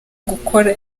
gukora